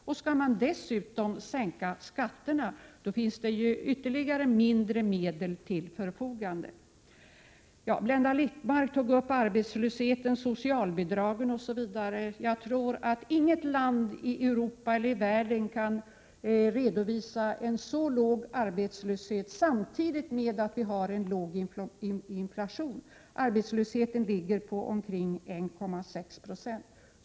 Om dessutom skatterna skall sänkas står ännu mindre medel till förfogande. Blenda Littmarck tog upp arbetslösheten, socialbidragen osv. Jag tror inte att något annat land i Europa eller i världen kan redovisa en så låg arbetslöshet samtidigt med en låg inflation. Arbetslösheten ligger på omkring 1,6 90.